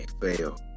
fail